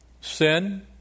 Sin